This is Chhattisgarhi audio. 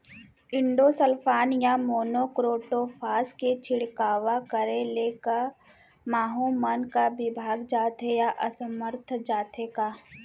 इंडोसल्फान या मोनो क्रोटोफास के छिड़काव करे ले क माहो मन का विभाग जाथे या असमर्थ जाथे का?